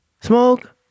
Smoke